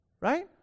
right